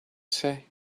say